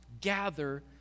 gather